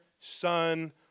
Son